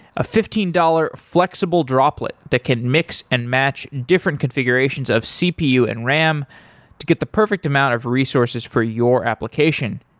a fifteen dollars flexible droplet that can mix and match different configurations of cpu and ram to get the perfect amount of resources for your application.